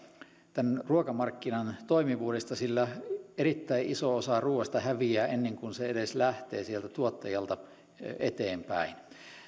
tämän ruokamarkkinan toimivuudesta sillä erittäin iso osa ruuasta häviää ennen kuin se edes lähtee sieltä tuottajalta eteenpäin